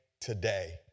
today